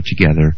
together